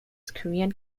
korean